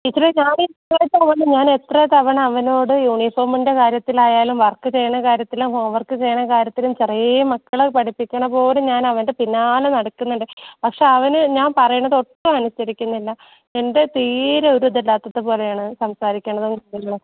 ടീച്ചറേ ഞാനെത്ര തവണ ഞാനെത്ര തവണ അവനോട് യൂണിഫോമിൻ്റെ കാര്യത്തിലായാലും വർക്ക് ചെയണ കാര്യത്തിലും ഹോം വർക്ക് ചെയ്യുന്ന കാര്യത്തിലും ചെറിയ മക്കളെ പഠിപ്പിക്കണ പോലെ ഞാനവൻ്റെ പിന്നാലെ നടക്കുന്നുണ്ട് പക്ഷേ അവന് ഞാൻ പറയണതൊട്ടും അനുസരിക്കുന്നില്ല എന്താ തീരെ ഒരു ഇതില്ലാത്തത് പോലെയാണ് സംസാരിക്കുന്നത്